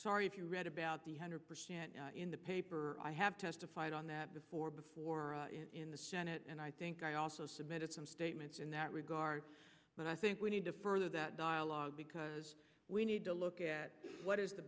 sorry if you read about the hundreds in the paper i have testified on that before before in the senate and i think i also submitted some statements in that sorry but i think we need to further that dialogue because we need to look at what is the